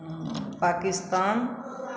Pakistan